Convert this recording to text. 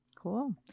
Cool